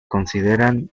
consideran